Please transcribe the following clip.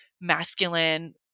masculine